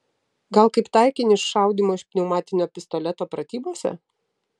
gal kaip taikinį šaudymo iš pneumatinio pistoleto pratybose